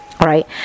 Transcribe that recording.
right